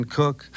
cook